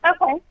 okay